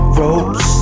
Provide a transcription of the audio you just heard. ropes